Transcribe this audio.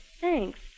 Thanks